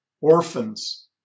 orphans